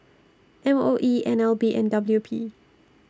M O E N L B and W P